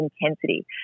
intensity